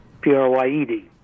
P-R-Y-E-D